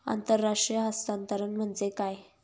आंतरराष्ट्रीय हस्तांतरण म्हणजे काय?